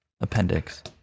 appendix